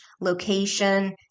location